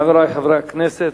חברי חברי הכנסת,